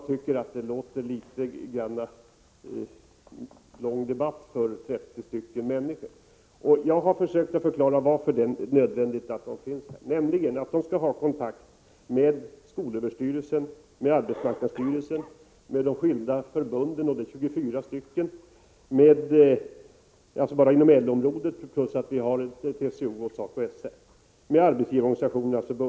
Denna debatt är litet för lång för att gälla 30 människor. Jag har försökt förklara varför det är nödvändigt med dessa 30 anställda, nämligen att de skall ha kontakt med skolöverstyrelsen, arbetsmarknadsstyrelsen, de 24 förbunden inom LO-området, TCO, SACO-SR och arbetsgivarorganisationerna.